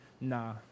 nah